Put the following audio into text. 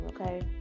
okay